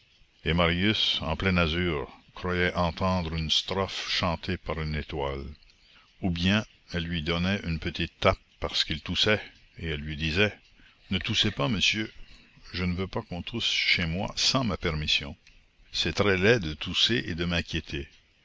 et marius en plein azur croyait entendre une strophe chantée par une étoile ou bien elle lui donnait une petite tape parce qu'il toussait et elle lui disait ne toussez pas monsieur je ne veux pas qu'on tousse chez moi sans ma permission c'est très laid de tousser et de m'inquiéter